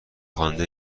خوانده